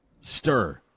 stir